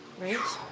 Right